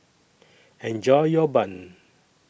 Enjoy your Bun